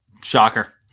Shocker